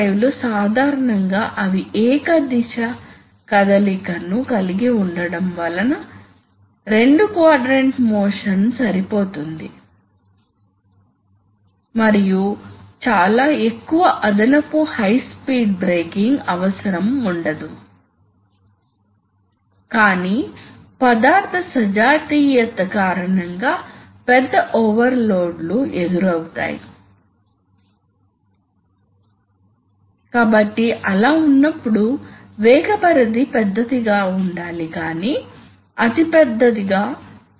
ఇది సిస్టం యొక్క సామర్థ్యాన్ని తగ్గిస్తుంది లీక్ ను నివారించాలనుకుంటే నిర్వహణ ఖర్చులు పెరుగుతాయి ఇది సీల్స్ ను టైట్ చేస్తుంది మరియు ఫ్రిక్షన్ ను పెంచుతుంది క్రమంగా సామర్థ్యం మరింత తగ్గుతుంది కాబట్టి న్యూమాటిక్ సిస్టమ్స్ కు లీక్ పెద్ద సమస్య